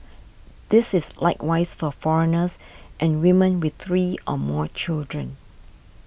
this is likewise for foreigners and women with three or more children